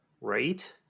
right